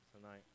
tonight